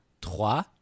Trois